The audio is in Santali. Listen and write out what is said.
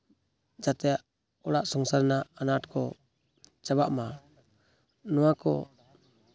ᱡᱟᱛᱮ ᱚᱲᱟᱜ ᱥᱚᱝᱥᱟᱨ ᱨᱮᱱᱟᱜ ᱟᱱᱟᱴ ᱠᱚ ᱪᱟᱵᱟᱜ ᱢᱟ ᱱᱚᱣᱟᱠᱚ